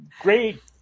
great